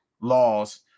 laws